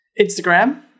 Instagram